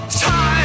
time